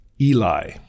Eli